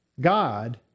God